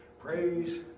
Praise